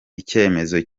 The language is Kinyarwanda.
icyemezo